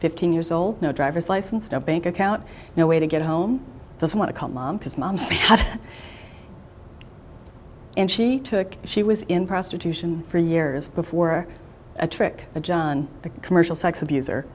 fifteen years old no driver's license no bank account no way to get home this want to call mom because moms and she took she was in prostitution for years before a trick a john commercial sex abuser